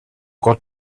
got